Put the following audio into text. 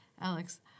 Alex